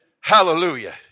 Hallelujah